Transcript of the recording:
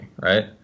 right